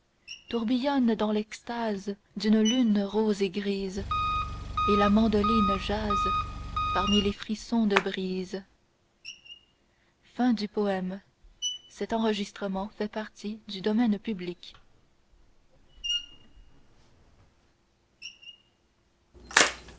tourbillonnent dans l'extase d'une lune rose et grise et la mandoline jase parmi les frissons de brise